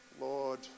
Lord